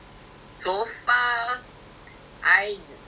but I tak tahu because sekarang nak beli tesla mahal tak mampu though